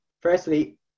Firstly